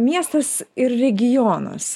miestas ir regionas